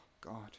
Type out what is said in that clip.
God